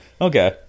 Okay